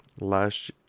last